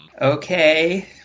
Okay